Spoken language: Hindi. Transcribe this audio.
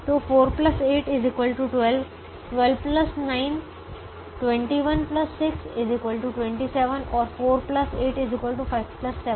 तो 4 8 12 12 9 21 6 27 और 4 8 5 7